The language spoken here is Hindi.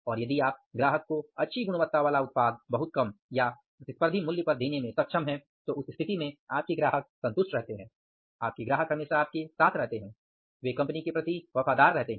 और यदि आप ग्राहक को अच्छी गुणवत्ता वाला उत्पाद बहुत कम या प्रतिस्पर्धी मूल्य पर देने में सक्षम हैं तो उस स्थिति में आपके ग्राहक संतुष्ट रहते हैं आपके ग्राहक हमेशा आपके साथ रहते हैं वे कंपनी के प्रति वफादार रहते हैं